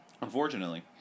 Unfortunately